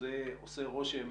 שזה עושה רושם,